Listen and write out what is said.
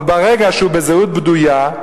אבל ברגע שהוא בזהות בדויה,